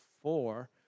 four